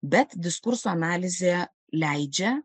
bet diskurso analizė leidžia